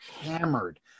hammered